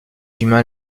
humains